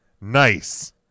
nice